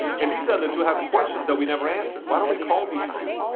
and these other two had questions that we never answered. why don't we call these two?